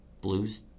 Blues